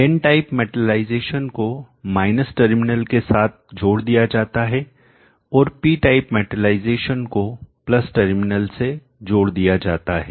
N type metallisation को minus terminal के साथ जोड़ दिया जाता है और पी टाइप मेटलाइजेशन को प्लस टर्मिनल से जोड़ दिया जाता है